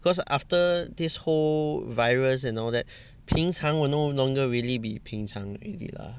cause after this whole virus and all that 平常 will no longer really be 平常 already lah